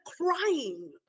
crying